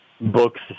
books